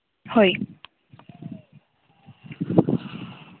ᱦᱳᱭ